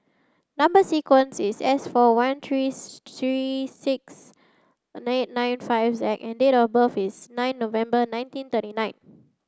number sequence is S four one trees three six nine nine five Z and date of birth is nine November nineteen thirty nine